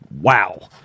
Wow